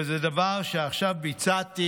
וזה דבר שעכשיו ביצעתי"